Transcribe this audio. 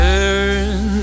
Turn